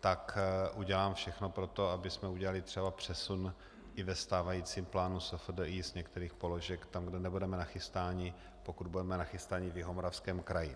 tak udělám všechno pro to, abychom udělali třeba přesun i ve stávajícím plánu SFDI z některých položek tam, kde nebudeme nachystáni, pokud budeme nachystáni v Jihomoravském kraji.